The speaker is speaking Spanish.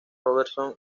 robertson